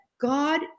God